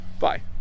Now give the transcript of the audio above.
Bye